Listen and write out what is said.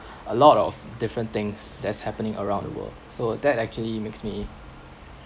a lot of different things that is happening around the world so that actually makes me